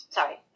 Sorry